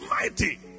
mighty